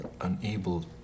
unable